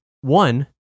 one